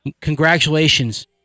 congratulations